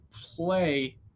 play